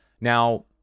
now